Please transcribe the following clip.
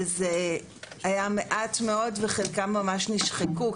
זה היה מעט מאוד וחלקם ממש נשחקו,